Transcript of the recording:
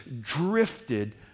drifted